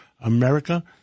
america